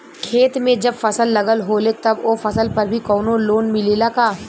खेत में जब फसल लगल होले तब ओ फसल पर भी कौनो लोन मिलेला का?